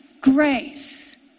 Grace